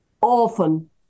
often